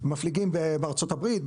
מפליגים בארצות הברית,